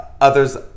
Others